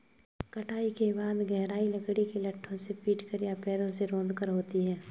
कटाई के बाद गहराई लकड़ी के लट्ठों से पीटकर या पैरों से रौंदकर होती है